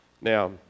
Now